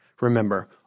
Remember